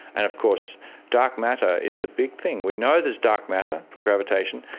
and of course dark matter is the big thing. we know there's dark matter, from gravitation,